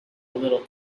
little